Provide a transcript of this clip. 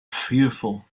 fearful